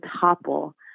topple